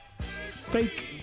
fake